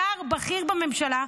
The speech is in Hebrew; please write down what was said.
שר בכיר בממשלה,